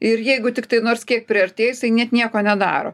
ir jeigu tiktai nors kiek priartėji jisai net nieko nedaro